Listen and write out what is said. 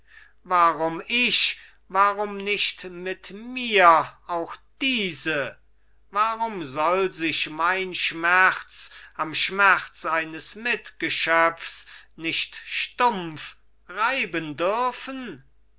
warum ich warum nicht mit mir auch diese warum soll ich mein schmerz am schmerz eines mitgeschöpfs nicht stumpf reiben dürfen